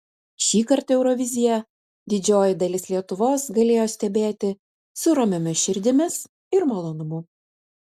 šįkart euroviziją didžioji dalis lietuvos galėjo stebėti su ramiomis širdimis ir malonumu